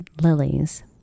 lilies